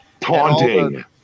taunting